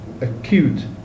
acute